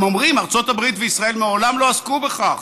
הם אומרים: ארצות הברית וישראל מעולם לא עסקו בכך,